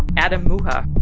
adam muha.